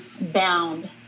bound